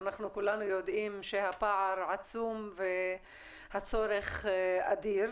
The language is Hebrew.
אנחנו כולנו יודעים שהפער עצום והצורך אדיר.